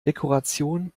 dekoration